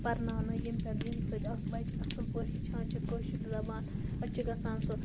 پَرناونہٕ ییٚمہِ پٮ۪ٹھ ییٚمہِ سۭتۍ اَکھ بَچہِ اَصٕل پٲٹھۍ ہیٚچھان چھِ کٲشِر زَبان پَتہٕ چھِ گَژھان سُہ